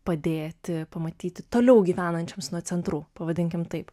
padėti pamatyti toliau gyvenančioms nuo centrų pavadinkim taip